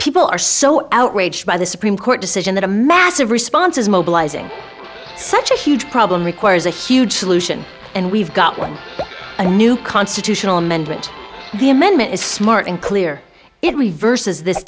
people are so outraged by the supreme court decision that a massive response is mobilizing such a huge problem requires a huge solution and we've got one a new constitutional amendment the amendment is smart and clear it reverses this